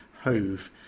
Hove